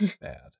bad